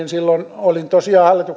silloin olin tosiaan